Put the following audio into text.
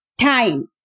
time